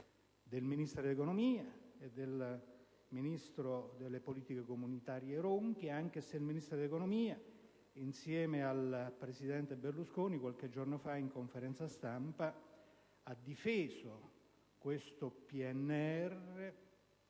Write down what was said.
del Ministro dell'economia, è del Ministro delle politiche comunitarie, Ronchi, anche se il Ministro dell'economia, insieme al Presidente Berlusconi, qualche giorno fa, in conferenza stampa, ha difeso questo PNR.